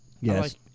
Yes